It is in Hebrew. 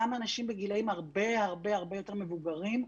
גם אנשים בגילים הרבה הרבה יותר מבוגרים.